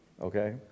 Okay